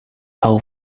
how